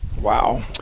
Wow